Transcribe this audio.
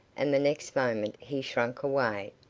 and the next moment he shrank away.